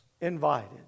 invited